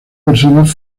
personas